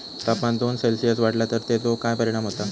तापमान दोन सेल्सिअस वाढला तर तेचो काय परिणाम होता?